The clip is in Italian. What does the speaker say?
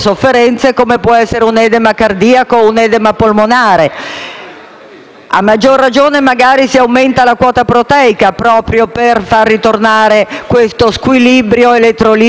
A maggior ragione, magari, si aumenta la quota proteica proprio per far tornare lo squilibrio elettrolitico, in modo da far riassorbire gli edemi.